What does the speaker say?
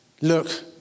look